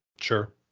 Sure